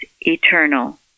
eternal